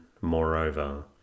moreover